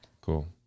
Cool